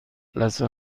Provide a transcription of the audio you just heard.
لثه